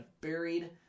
buried